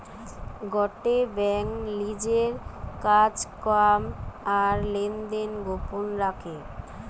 গটে বেঙ্ক লিজের কাজ কাম আর লেনদেন গোপন রাখে